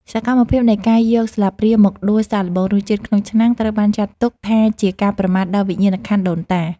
សកម្មភាពនៃការយកស្លាបព្រាមកដួសសាកល្បងរសជាតិក្នុងឆ្នាំងត្រូវបានចាត់ទុកថា ជាការប្រមាថដល់វិញ្ញាណក្ខន្ធដូនតា។